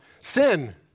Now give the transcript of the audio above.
sin